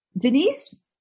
Denise